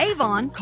Avon